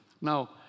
Now